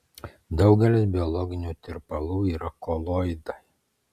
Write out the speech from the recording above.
daugelis biologinių tirpalų yra koloidai